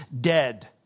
dead